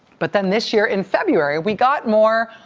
but then this year in february we got more,